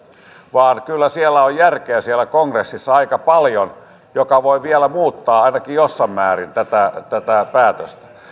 vaan kyllä siellä kongressissa on järkeä aika paljon joka voi vielä muuttaa ainakin jossain määrin tätä tätä päätöstä